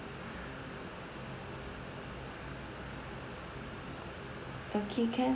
okay can